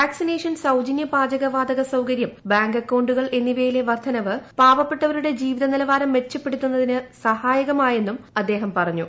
vaccination സൌജന്യ പാചകവാതക സൌകര്യം ബാങ്ക് അക്കൌണ്ടുകൾ എന്നിവയിലെ വർദ്ധന പാവപ്പെട്ടവരുടെ ജിവിത നിലവാരം മെച്ചപ്പെടുത്തുന്നതിന് സഹായകമായെന്നുംഅദ്ദേഹം പറഞ്ഞു